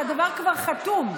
משום שהדבר כבר חתום.